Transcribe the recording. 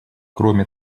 кроме